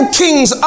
kings